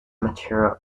material